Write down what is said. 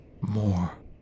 more